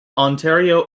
ontario